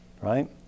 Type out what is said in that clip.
right